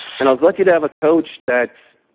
and i was lucky to have a coach that